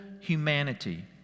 humanity